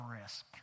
risk